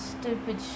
stupid